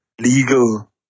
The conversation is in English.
legal